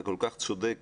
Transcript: אתה כל כך צודק.